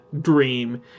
dream